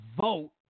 vote